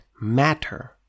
matter